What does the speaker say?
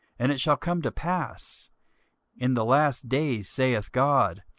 and it shall come to pass in the last days, saith god,